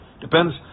Depends